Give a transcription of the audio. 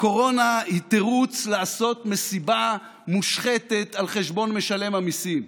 הקורונה היא תירוץ לעשות מסיבה מושחתת על חשבון משלם המיסים.